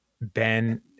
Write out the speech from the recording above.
Ben